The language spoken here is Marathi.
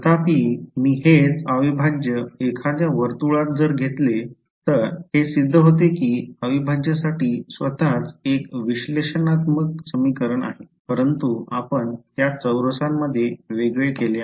तथापि मी हेच अविभाज्य एखाद्या वर्तुळात जर घेतले हे सिद्ध होते की अविभाज्यसाठी स्वतःच एक विश्लेषणात्मक समीकरण आहे परंतु आम्ही त्यास चौरसांमध्ये वेगळे केले